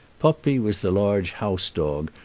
poppi was the large house-dog,